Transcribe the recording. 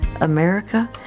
America